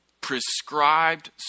prescribed